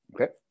okay